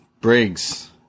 Briggs